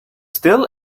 still